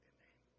Amen